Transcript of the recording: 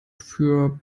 für